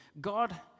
God